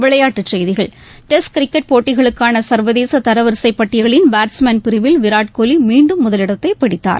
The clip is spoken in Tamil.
விளையாட்டுச் செய்திகள் டெஸ்ட் கிரிக்கெட் போட்டிகளுக்கூன சர்வதேச தரவரிசைப்பட்டியலின் பேட்ஸ்மேன் பிரிவில் விராட் கோலி மீண்டும் முதலிடத்தை பிடித்தார்